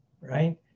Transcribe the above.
right